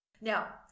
now